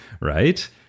right